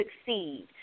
succeed